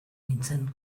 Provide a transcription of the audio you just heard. nintzen